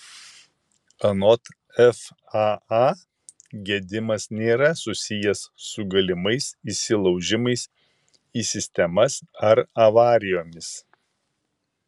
anot faa gedimas nėra susijęs su galimais įsilaužimais į sistemas ar avarijomis